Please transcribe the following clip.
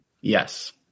yes